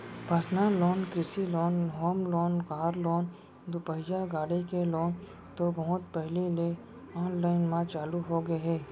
personal loan, कृषि loan, home loan, car loan, दुपहिया गाड़ी के लोन तो बहुत पहिली ले आनलाइन म चालू होगे हे